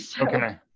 Okay